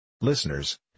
Listeners